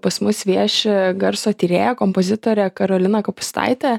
pas mus vieši garso tyrėja kompozitorė karolina kapustaitė